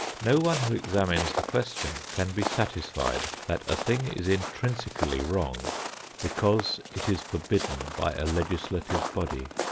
no one who examines the question can be satisfied that a thing is intrinsically wrong because it is forbidden by a legislative body.